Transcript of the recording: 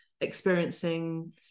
experiencing